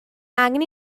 angen